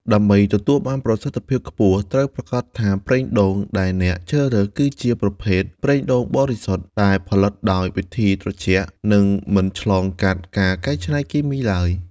ដើម្បីទទួលបានប្រសិទ្ធភាពខ្ពស់ ត្រូវប្រាកដថាប្រេងដូងដែលអ្នកជ្រើសរើស គឺជាប្រភេទ ប្រេងដូងបរិសុទ្ធ ដែលផលិតដោយវិធីត្រជាក់ និងមិនឆ្លងកាត់ការកែច្នៃគីមីទ្បើយ។